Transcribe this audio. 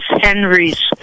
Henry's